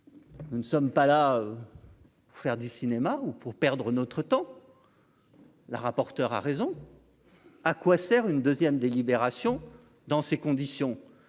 nous ne sommes pas là pour faire du cinéma ou pour perdre notre temps la rapporteure a raison à quoi sert une 2ème délibération dans ces conditions,